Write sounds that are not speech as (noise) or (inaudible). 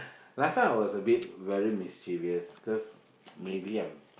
last time I was a bit very mischievous because (noise) maybe I'm